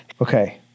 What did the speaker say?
Okay